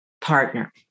partner